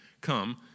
Come